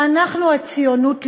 ואנחנו הציונות לשמה,